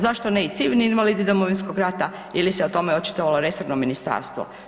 Zašto ne i civilni invalidi Domovinskog rata ili se o tome očitovalo resorno ministarstvo?